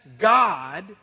God